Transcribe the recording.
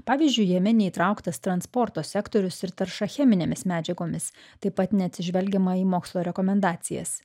pavyzdžiui jame neįtrauktas transporto sektorius ir tarša cheminėmis medžiagomis taip pat neatsižvelgiama į mokslo rekomendacijas